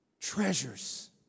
treasures